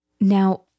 Now